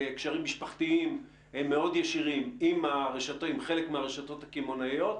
בקשרים משפחתיים מאוד ישירים עם חלק מהרשתות הקמעונאיות,